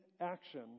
action